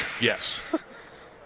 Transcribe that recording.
Yes